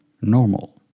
normal